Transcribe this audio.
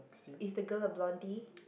is the girl a blondie